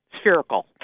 spherical